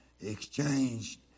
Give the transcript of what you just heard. exchanged